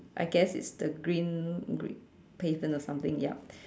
I guess it's the green green pavement or something yup